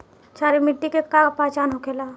क्षारीय मिट्टी के का पहचान होखेला?